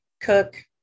cook